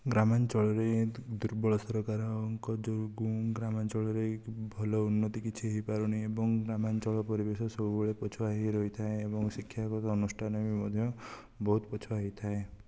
ଗ୍ରାମାଞ୍ଚଳରେ ଦୁର୍ବଳ ସରକାରଙ୍କ ଯୋଗୁଁ ଗ୍ରାମାଞ୍ଚଳରେ ଭଲ ଉନ୍ନତି କିଛି ହୋଇପାରୁନି ଏବଂ ଗ୍ରାମାଞ୍ଚଳ ପରିବେଶ ସବୁବେଳେ ପଛୁଆ ହୋଇ ରହିଥାଏ ଏବଂ ଶିକ୍ଷାଗତ ଅନୁଷ୍ଠାନ ବି ମଧ୍ୟ ବହୁତ ପଛୁଆ ହୋଇଥାଏ